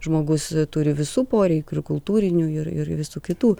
žmogus turi visų poreikių ir kultūrinių ir ir visų kitų